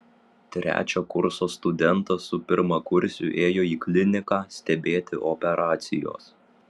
trečio kurso studentas su pirmakursiu ėjo į kliniką stebėti operacijos